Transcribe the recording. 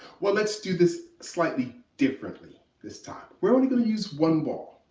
well, let's do this slightly differently this time. we're only gonna use one ball.